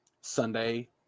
Sunday